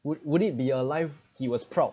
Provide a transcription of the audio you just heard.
what would it be alive he was proud